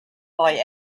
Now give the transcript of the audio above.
boy